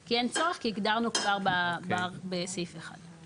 כי אין צורך, כי הגדרנו כבר בסעיף (1).